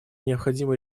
необходимо